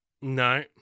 no